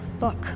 look